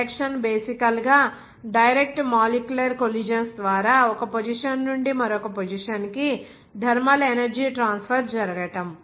conduction basically గా direct molecular collisions ద్వారా ఒక పొజిషన్ నుండి మరొక పొజిషన్ కి థర్మల్ ఎనర్జీ ట్రాన్స్ఫర్ జరగడం